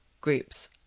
groups